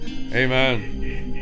amen